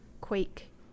quake